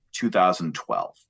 2012